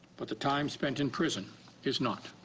but the time spent in prison is not.